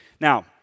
Now